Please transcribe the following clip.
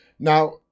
Now